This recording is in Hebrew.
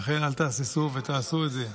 לכן, אל תהססו ותעשו את זה.